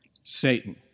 Satan